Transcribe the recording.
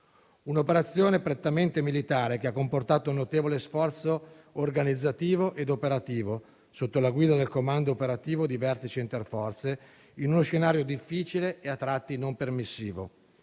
un'operazione prettamente militare, che ha comportato un notevole sforzo organizzativo ed operativo, sotto la guida del comando operativo di vertice interforze, in uno scenario difficile e a tratti non permissivo;